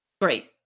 Great